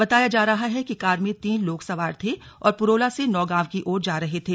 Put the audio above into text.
बताया जा रहा है कि कार में तीन लोग सवार थे और पुरोला से नौगांव की ओर जा रहे थे